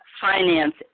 finance